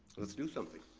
let's do something,